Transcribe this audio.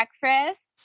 breakfast